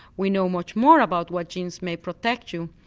we know much more about what genes may protect you,